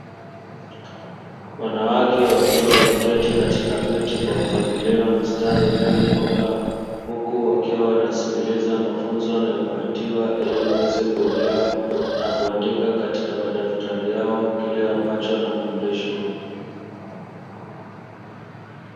Wanawake wakiwa wameketi katika viti kwa mpangilio wa mstari ulionyooka, huku wakiwa wanasikiliza mafunzo wanayopatiwa ili waweze kuelewa na kuandika katika madaftari yao kile ambacho wanafundishwa.